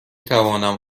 توانم